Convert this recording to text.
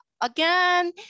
Again